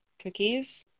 cookies